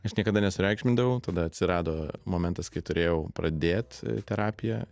aš niekada nesureikšmindavau tada atsirado momentas kai turėjau pradėt terapiją